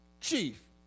Chief